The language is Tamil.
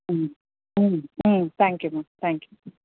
ம் hmm hmm thank you ma'am thank you